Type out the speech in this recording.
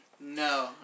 No